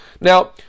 Now